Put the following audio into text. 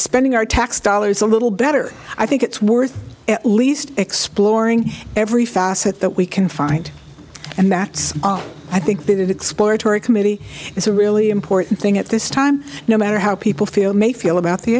spending our tax dollars a little better i think it's worth at least exploring every facet that we can find and that's i think that exploratory committee is a really important thing at this time no matter how people feel may feel about the